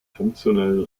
funktionell